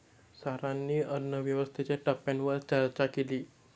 सरांनी अन्नव्यवस्थेच्या टप्प्यांवर चर्चा केली